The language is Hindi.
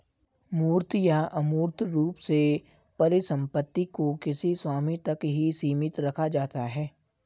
मूर्त या अमूर्त रूप से परिसम्पत्ति को किसी स्वामी तक ही सीमित रखा जाता है